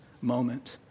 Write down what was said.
moment